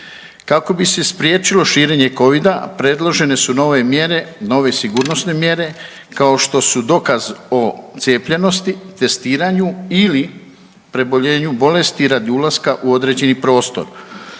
Kako bi se spriječilo širenje Covida predložene su nove mjere, nove sigurnosne mjere kao što su dokaz o cijepljenosti, testiranju ili preboljenju bolesti radi ulaska u određeni prostor.